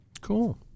cool